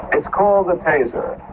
it's called a taser.